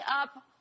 up